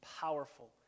powerful